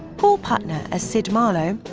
paul putner as sid marlowe,